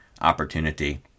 opportunity